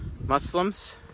Muslims